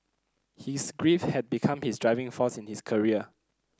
his grief had become his driving force in his career